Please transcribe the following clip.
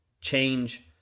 change